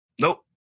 Nope